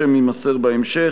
שם יימסר בהמשך.